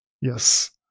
Yes